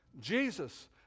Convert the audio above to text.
Jesus